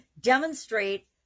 demonstrate